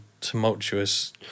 tumultuous